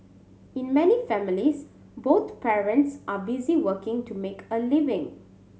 in many families both parents are busy working to make a living